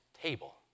table